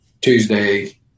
Tuesday